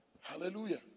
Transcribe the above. hallelujah